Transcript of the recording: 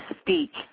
speak